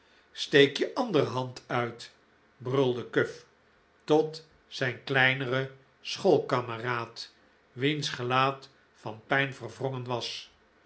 steek je andere hand uit brulde cuff tot zijn kleineren schoolkameraad wiens gelaat van pijn verwrongen was